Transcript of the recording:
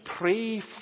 pray